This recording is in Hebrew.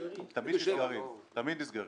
תמיד נסגרים.